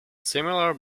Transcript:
similar